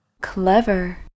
Clever